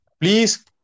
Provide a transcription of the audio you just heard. Please